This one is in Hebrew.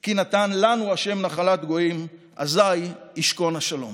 כי נתן לנו ה' נחלת גויים, אזי ישכון השלום.